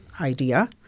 idea